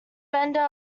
bender